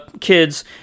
kids